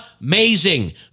amazing